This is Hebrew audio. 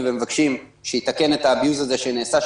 ומבקשים שיתקן את ה-abuse הזה שנעשה,